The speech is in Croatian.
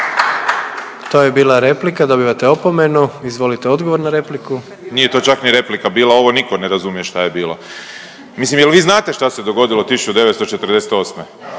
To je bila replika, dobivate opomenu. Izvolite odgovor na repliku. **Grbin, Peđa (SDP)** Nije to čak ni replika bila, ovo niko ne razumije šta je bilo. Mislim jel vi znate šta se dogodilo 1948.